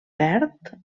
verd